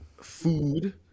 food